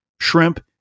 shrimp